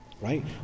Right